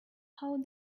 how